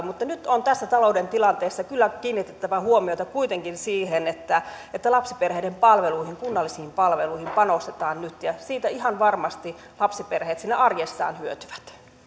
mutta nyt on tässä talouden tilanteessa kyllä kiinnitettävä huomiota kuitenkin siihen että että lapsiperheiden palveluihin kunnallisiin palveluihin panostetaan nyt ja siitä ihan varmasti lapsiperheet siinä arjessaan hyötyvät